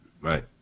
Right